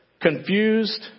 confused